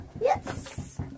yes